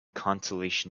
consolation